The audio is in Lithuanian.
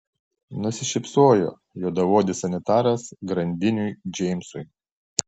nusišypsojo juodaodis sanitaras grandiniui džeimsui